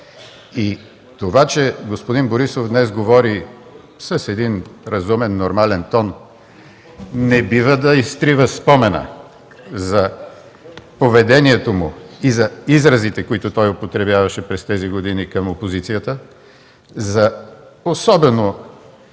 Това, че днес Борисов говори с един разумен, нормален тон, не бива да изтрива спомена за поведението му и за изразите, които той употребяваше през тези години към опозицията, за особено